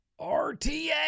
RTA